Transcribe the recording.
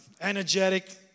energetic